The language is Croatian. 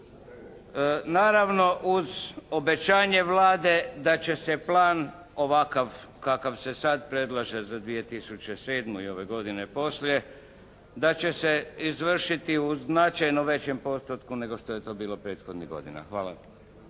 Naravno uz obećanje Vlade da će se plan ovakav kakav se sad predlaže za 2007. i ovu godinu poslije da će se izvršiti u značajno većem postotku nego što je to bilo prethodnih godina. Hvala.